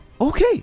Okay